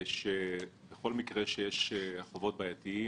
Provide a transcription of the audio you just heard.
בכל מקרה שיש חובות בעיתיים